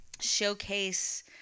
showcase